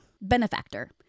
benefactor